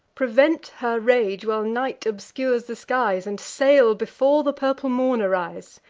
prevent her rage, while night obscures the skies, and sail before the purple morn arise.